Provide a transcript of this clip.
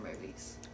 movies